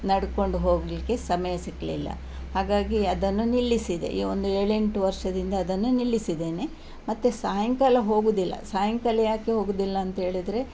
ನಡ್ಕೊಂಡು ಹೋಗಲಿಕ್ಕೆ ಸಮಯ ಸಿಗ್ಲಿಲ್ಲ ಹಾಗಾಗಿ ಅದನ್ನು ನಿಲ್ಲಿಸಿದೆ ಈ ಒಂದು ಏಳೆಂಟು ವರ್ಷದಿಂದ ಅದನ್ನು ನಿಲ್ಲಿಸಿದ್ದೇನೆ ಮತ್ತೆ ಸಾಯಂಕಾಲ ಹೋಗುವುದಿಲ್ಲ ಸಾಯಂಕಾಲ ಯಾಕೆ ಹೋಗುವುದಿಲ್ಲ ಅಂತೇಳಿದರೆ